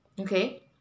okay